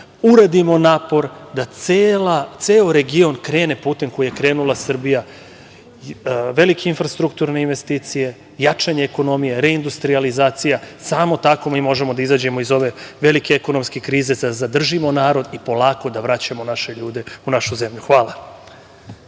uradimo napor da ceo region krene putem kojim je krenula Srbija – velike infrastrukturne investicije, jačanje ekonomije, reindustrijalizacija, samo tako mi možemo da izađemo iz ove velike ekonomske krize, da zadržimo narod i polako da vraćamo naše ljude u našu zemlju. Hvala.